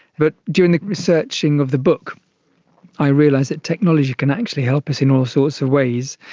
but during the researching of the book i realised that technology can actually help us in all sorts of ways.